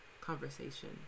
conversation